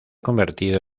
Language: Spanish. convertido